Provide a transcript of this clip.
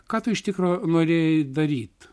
ką tu iš tikro norėjai daryt